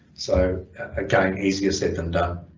so again easier said than done.